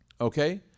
Okay